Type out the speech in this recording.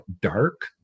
dark